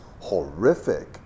horrific